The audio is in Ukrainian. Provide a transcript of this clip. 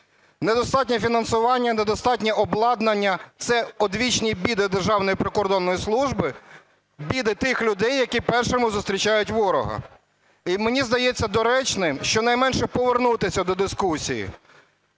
Недостатнє фінансування, недостатнє обладнання – це одвічні біди Державної прикордонної служби, біди тих людей, які першими зустрічають ворога. І мені здається доречним щонайменше повернутися до дискусії